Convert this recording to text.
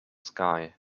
sky